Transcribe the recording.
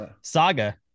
Saga